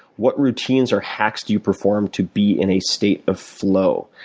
what routines or hacks do you perform to be in a state of flow?